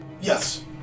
Yes